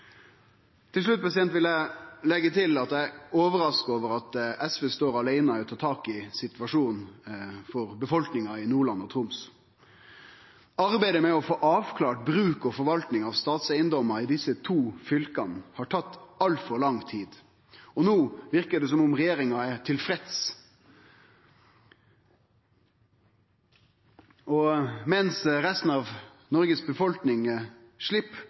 Til slutt vil eg leggje til at eg er overraska over at SV står åleine om å ta tak i situasjonen for befolkninga i Nordland og Troms. Arbeidet med å få avklart bruken og forvaltninga av statseigedomar i desse to fylka har tatt altfor lang tid, og no verkar det som om regjeringa er tilfreds. Mens resten av